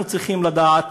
אנחנו צריכים לדעת